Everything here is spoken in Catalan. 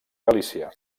galícia